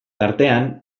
tartean